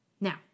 Now